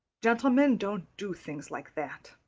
gentlemen don't do things like that.